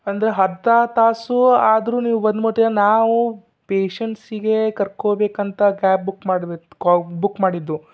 ಅಂದರೆ ತಾಸು ಆದರೂ ನೀವು ಬಂದು ಮುಟ್ಟಿಲ್ಲ ನಾವು ಪೇಶಂಟ್ಸಿಗೆ ಕರ್ಕೋಬೇಕಂತ ಕ್ಯಾಬ್ ಬುಕ್ ಮಾಡಿರದು ಕೋ ಬುಕ್ ಮಾಡಿದ್ದು